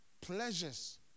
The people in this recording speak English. pleasures